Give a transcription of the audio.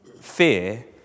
fear